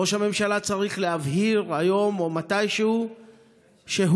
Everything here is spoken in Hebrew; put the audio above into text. ראש הממשלה צריך להבהיר היום או מתישהו שהוא,